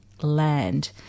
land